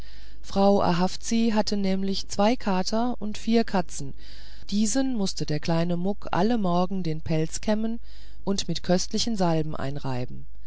frau ahavzi hatte nämlich zwei kater und vier katzen diesen mußte der kleine muck alle morgen den pelz kämmen und mit köstlichen salben einreiben